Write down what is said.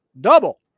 double